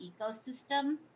ecosystem